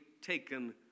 taken